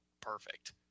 perfect